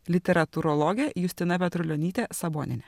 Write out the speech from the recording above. literatūrologė justina petrulionytė sabonienė